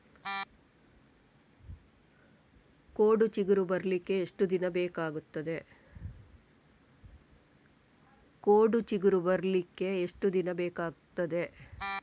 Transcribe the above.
ಕೋಡು ಚಿಗುರು ಬರ್ಲಿಕ್ಕೆ ಎಷ್ಟು ದಿನ ಬೇಕಗ್ತಾದೆ?